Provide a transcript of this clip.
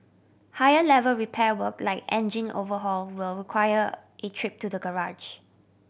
higher level repair work like engine overhaul will require a trip to the garage